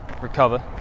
recover